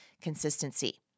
consistency